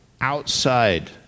outside